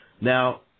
Now